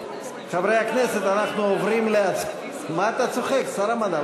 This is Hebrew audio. חברי הכנסת, אנחנו עוברים, מה אתה צוחק, שר המדע?